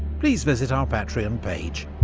please visit our patreon page.